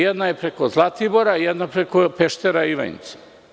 Jedna je preko Zlatibora, a jedna preko Peštera i Ivanjice.